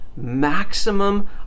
maximum